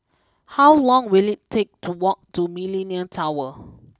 how long will it take to walk to Millenia Tower